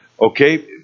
Okay